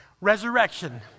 Resurrection